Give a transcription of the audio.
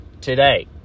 today